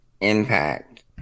impact